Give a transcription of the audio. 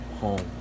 home